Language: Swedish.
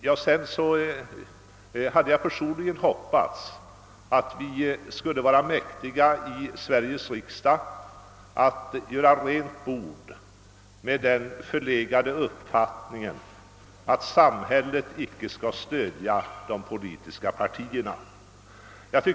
Jag hoppades att vi i Sveriges riksdag skulle vara mäktiga att göra rent bord med den förlegade uppfattningen att samhället inte skall stödja de politiska partierna.